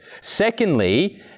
Secondly